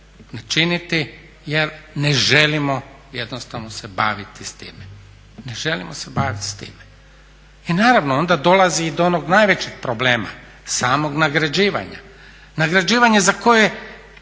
s time. Ne želimo se baviti s time. I naravno onda dolazi i do onog najvećeg problema samog nagrađivanja. Nagrađivanje za koje